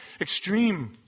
extreme